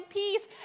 peace